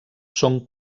són